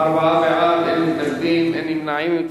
ארבעה בעד, אין מתנגדים, אין נמנעים.